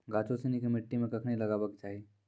गाछो सिनी के मट्टी मे कखनी लगाबै के चाहि?